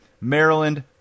Maryland